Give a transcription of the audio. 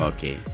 Okay